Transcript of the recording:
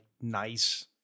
nice